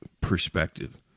perspective